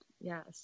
yes